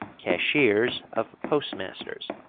cashiers of postmasters,